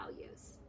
values